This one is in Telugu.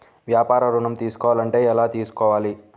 వ్యాపార ఋణం తీసుకోవాలంటే ఎలా తీసుకోవాలా?